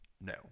No